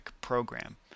program